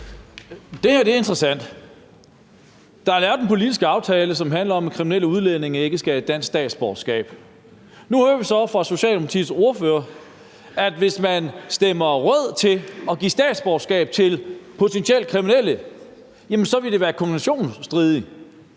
Det her er interessant. Der er lavet en politisk aftale, som handler om, at kriminelle udlændinge ikke skal have dansk statsborgerskab. Nu hører vi så fra Socialdemokratiets ordfører, at hvis man stemmer rødttil spørgsmålet om at give statsborgerskab til potentielle kriminelle, vil det være konventionsstridigt.